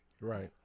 right